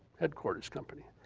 headquarters company.